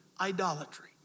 idolatry